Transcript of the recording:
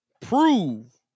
prove